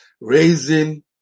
Raising